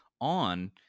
on